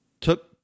took